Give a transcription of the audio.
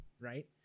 right